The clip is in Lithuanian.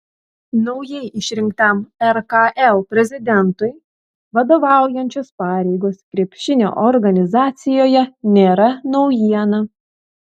naujai išrinktam rkl prezidentui vadovaujančios pareigos krepšinio organizacijoje nėra naujiena